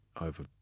over